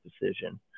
decision